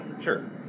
Sure